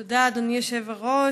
תודה, אדוני היושב-ראש.